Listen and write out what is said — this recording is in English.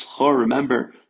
Remember